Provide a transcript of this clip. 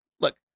look